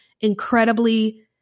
incredibly